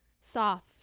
soft